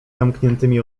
zamkniętymi